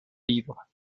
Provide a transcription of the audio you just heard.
livres